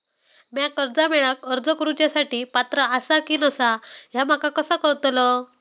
म्या कर्जा मेळाक अर्ज करुच्या साठी पात्र आसा की नसा ह्या माका कसा कळतल?